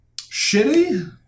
shitty